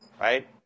right